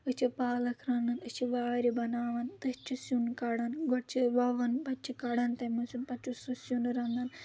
أسۍ چھِ پالَکھ رَنان أسۍ چھِ وارِ بَناوَان تٔتھۍ چھِ سیُن کَڑان گۄڈٕ چھِ وَوَان پَتہٕ چھِ کَڑان تَمہِ منٛزسیُن پَتہٕ سُہ سیُن رَنان